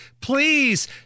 please